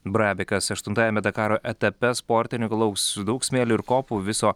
brabikas aštuntajame dakaro etape sportininkų lauks daug smėlio ir kopų viso